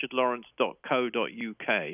richardlawrence.co.uk